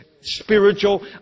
spiritual